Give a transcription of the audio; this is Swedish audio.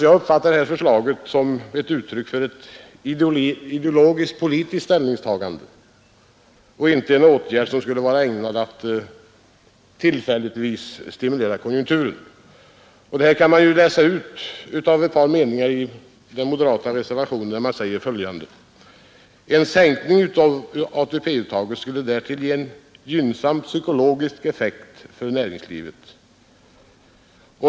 Jag uppfattar dock det förslaget som ett uttryck för ett ideologiskt-politiskt ställningstagande, inte som en åtgärd ägnad att tillfälligt stimulera konjunkturen. Detta kan man också utläsa ur ett par meningar i moderaternas reservation, där man säger följande: ”En sänkning av ATP-uttaget skulle därtill ha en gynnsam psykologisk effekt på näringslivet.